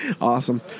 Awesome